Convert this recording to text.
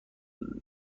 دارم